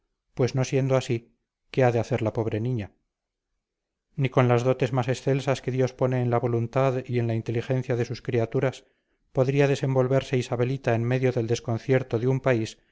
pues no siendo así qué ha de hacer la pobre niña ni con las dotes más excelsas que dios pone en la voluntad y en la inteligencia de sus criaturas podría desenvolverse isabelita en medio del desconcierto de un país que